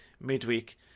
midweek